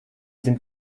sind